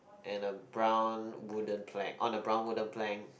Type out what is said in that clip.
and a brown wooden plank on a brown wooden plank